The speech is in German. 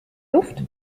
luft